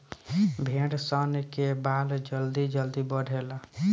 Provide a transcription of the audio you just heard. भेड़ सन के बाल जल्दी जल्दी बढ़ेला